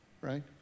right